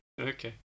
Okay